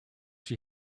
she